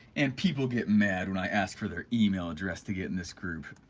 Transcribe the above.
and people get mad when i ask for their email address to get in this group,